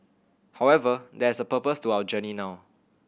however there is a purpose to our journey now